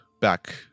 back